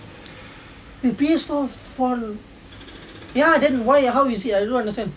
P_S four four hundred ya then why how you see I don't understand